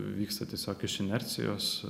vyksta tiesiog iš inercijos